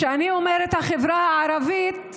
כשאני אומרת "החברה הערבית",